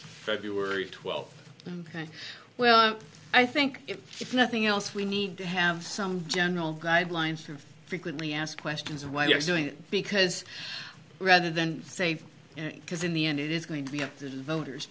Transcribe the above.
february twelfth well i think if nothing else we need to have some general guidelines from frequently asked questions of why you're doing it because rather than say because in the end it is going to be up to the voters